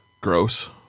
gross